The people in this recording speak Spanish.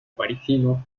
parisino